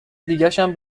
دیگشم